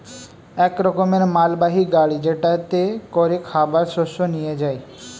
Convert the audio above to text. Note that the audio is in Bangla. এক রকমের মালবাহী গাড়ি যেটাতে করে খাবার শস্য নিয়ে যায়